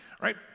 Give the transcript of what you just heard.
right